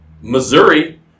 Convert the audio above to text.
Missouri